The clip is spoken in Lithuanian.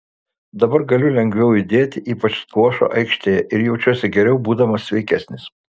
dabar galiu lengviau judėti ypač skvošo aikštelėje ir jaučiuosi geriau būdamas sveikesnis